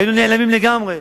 היינו נעלמים לגמרי.